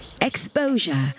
Exposure